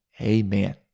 Amen